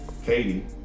Katie